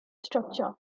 structure